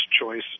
choice